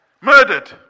Murdered